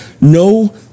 No